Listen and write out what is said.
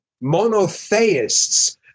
monotheists